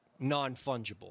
non-fungible